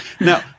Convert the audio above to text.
Now